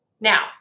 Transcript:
Now